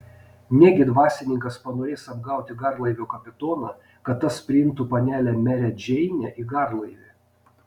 negi dvasininkas panorės apgauti garlaivio kapitoną kad tas priimtų panelę merę džeinę į garlaivį